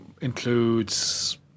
includes